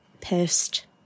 pissed